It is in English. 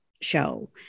show